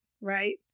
right